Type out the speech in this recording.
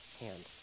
hand